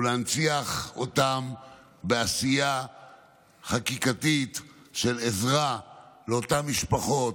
הוא להנציח אותם בעשייה חקיקתית של עזרה לאותן משפחות